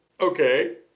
Okay